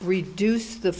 reduce the